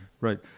Right